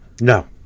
No